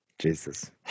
Jesus